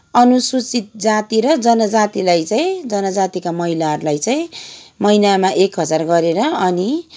अनुसूचित जाति र जनजातिलाई चाहिँ जनजातिका महिलाहरूलाई चाहिँ महिनामा एक हजार गरेर अनि